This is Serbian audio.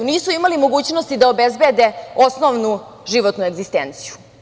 Nisu imali mogućnosti da obezbede osnovnu životnu egzistenciju.